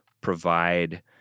provide